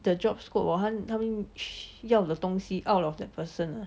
the job scope hor 他们要的东西 out of that person